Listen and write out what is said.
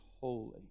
holy